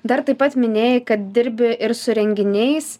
dar taip pat minėjai kad dirbi ir su renginiais